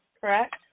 correct